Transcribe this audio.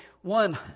one